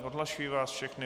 Odhlašuji vás všechny.